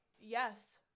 Yes